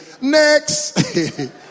next